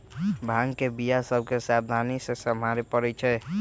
भांग के बीया सभ के सावधानी से सम्हारे परइ छै